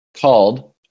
called